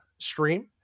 Stream